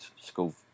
school